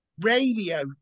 radio